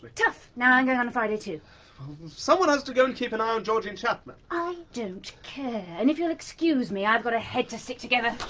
but tough. now i'm going on a friday too someone has to go and keep an eye on georgie and chapman! i don't care. and if you'll excuse me, i've got a head to stick together.